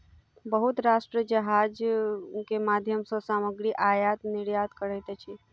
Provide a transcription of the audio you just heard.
बहुत राष्ट्र जहाज के माध्यम सॅ सामग्री आयत निर्यात करैत अछि